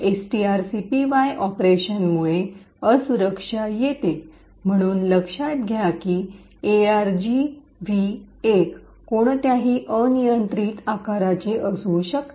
strcpy ऑपरेशनमुळे असुरक्षा येते म्हणून लक्षात घ्या की argv१ कोणत्याही अनियंत्रित आकाराचे असू शकते